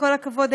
כל הכבוד,